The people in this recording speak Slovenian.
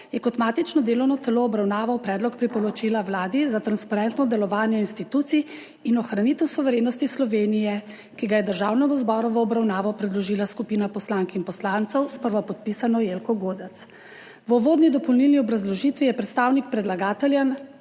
je kot matično delovno telo obravnaval Predlog priporočila Vladi za transparentno delovanje institucij in ohranitev suverenosti Slovenije, ki ga je Državnemu zboru v obravnavo predložila skupina poslank in poslancev s prvopodpisano Jelko Godec. V uvodni dopolnilni obrazložitvi je predstavnik predlagatelja